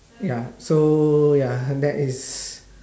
ya so ya that is